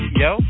yo